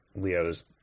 leo's